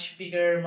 bigger